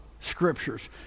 scriptures